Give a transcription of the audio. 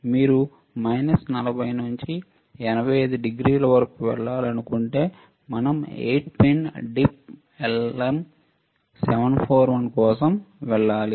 మీరు 40 నుండి 85 డిగ్రీల వరకు వెళ్లాలనుకుంటే మేము 8 పిన్ DIP LM 741 కోసం వెళ్ళాలి